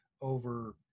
over